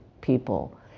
people